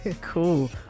cool